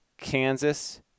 Kansas